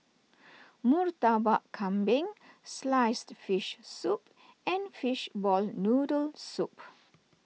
Murtabak Kambing Sliced Fish Soup and Fishball Noodle Soup